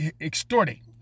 extorting